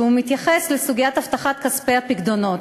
והוא מתייחס לסוגיית אבטחת כספי הפיקדונות.